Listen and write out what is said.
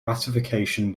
ratification